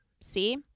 See